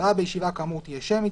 הצבעה בישיבה כאמור תהיה שמית,